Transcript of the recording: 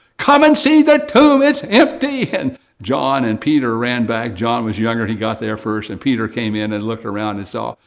come and see the tomb, it's empty. and john and peter ran back. john was younger, and he got there first and peter came in and looked around and saw.